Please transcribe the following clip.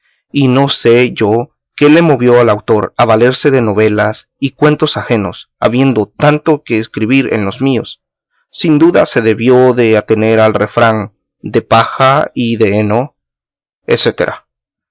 y no sé yo qué le movió al autor a valerse de novelas y cuentos ajenos habiendo tanto que escribir en los míos sin duda se debió de atener al refrán de paja y de heno etcétera